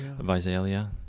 Visalia